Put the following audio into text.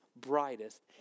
brightest